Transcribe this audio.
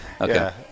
Okay